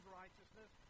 righteousness